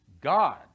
God